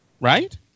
right